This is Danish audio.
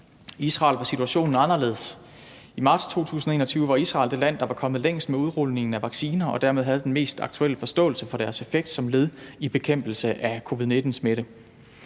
I Israel var situationen anderledes. I marts 2021 var Israel det land, der var kommet længst med udrulningen af vacciner og dermed havde den mest aktuelle forståelse for deres effekt som led i bekæmpelse af covid-19-smitte.